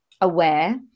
aware